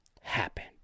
happen